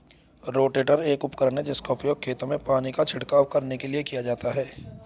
rotator एक उपकरण है जिसका उपयोग खेतों में पानी का छिड़काव करने के लिए किया जाता है